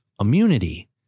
Immunity